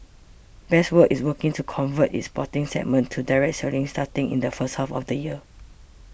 best World is working to convert its export segment to direct selling starting in the first half of the year